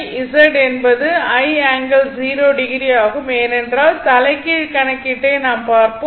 V Z என்பது i ∠0o ஆகும் ஏனென்றால் தலைகீழ் கணக்கீட்டை நாம் பார்ப்போம்